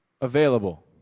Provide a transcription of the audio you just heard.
Available